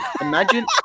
Imagine